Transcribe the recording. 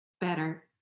better